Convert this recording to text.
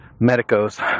medicos